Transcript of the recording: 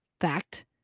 fact